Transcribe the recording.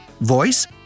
Voice